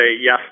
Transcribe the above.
yes